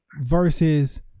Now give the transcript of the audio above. Versus